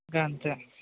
అంతే